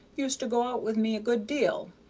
used to go out with me a good deal,